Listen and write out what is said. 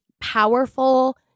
powerful